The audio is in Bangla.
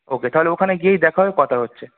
ওকে তাহলে ওখানে গিয়েই দেখা হবে কথা হচ্ছে